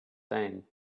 saying